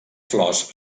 flors